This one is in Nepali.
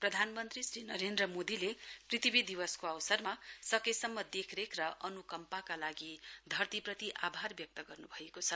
प्रधानमन्त्री श्री नरेन्द्र मोदीले पृथ्वी दिवसको अवसरमा सकेसम्म देखरेख र अनुकम्पाका लागि धरतीप्रति आभार व्यक्त गर्नुभएको छ